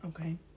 Okay